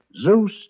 Zeus